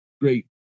great